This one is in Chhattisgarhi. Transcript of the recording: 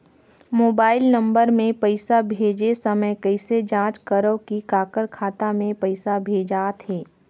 मोबाइल नम्बर मे पइसा भेजे समय कइसे जांच करव की काकर खाता मे पइसा भेजात हे?